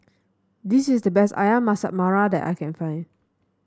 this is the best ayam Masak Merah that I can find